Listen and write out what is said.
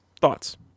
Thoughts